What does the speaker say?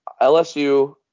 LSU